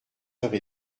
heures